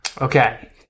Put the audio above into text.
Okay